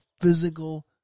physical